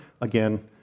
again